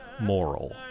moral